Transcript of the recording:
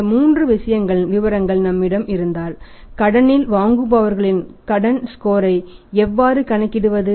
இந்த மூன்று விஷயங்களின் விவரங்கள் நம்மிடம் இருந்தால் கடனில் வாங்குபவர்களின் கடன் ஸ்கோரை எவ்வாறு கணக்கிடுவது